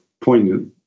poignant